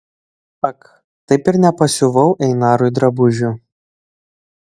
ak taip ir nepasiuvau einarui drabužių